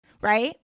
right